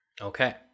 Okay